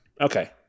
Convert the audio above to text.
okay